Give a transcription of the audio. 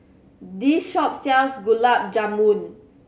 this shop sells Gulab Jamun